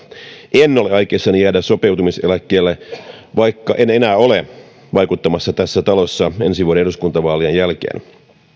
en ole aikeissa jäädä sopeutumiseläkkeelle vaikka en enää ole vaikuttamassa tässä talossa ensi vuoden eduskuntavaalien jälkeen